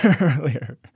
earlier